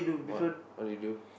what what do you do